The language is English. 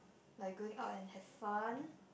like going out and have fun